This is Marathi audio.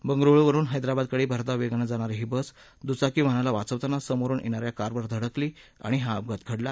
बंगळूरू वरुन हैद्राबाद कडे भरधाव वेगानं जाणारी ही बस दूचाकी वाहनाला वाचवताना समोरुन येणा या कारवर धडकली आणि हा अपघात घडला